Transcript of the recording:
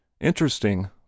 interesting